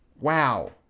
Wow